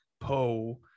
Poe